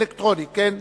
אלקטרוני, כן?